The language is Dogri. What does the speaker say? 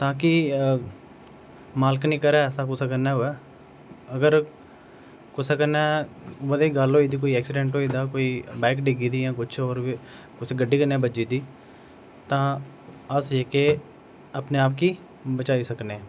ताकि मालिक नी करै ऐसा कुसै कन्नै होवे अगर कुसै कन्नै मतलब गल्ल होई जंदी कोई एक्सीडेंट होई जंदा कोई बाइक डिगदी जां कुछ होर कुसै गड्डी कन्नै बजदी तां अस के अपने आप गी बचाई सकने